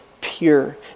pure